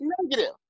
negative